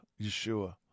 Yeshua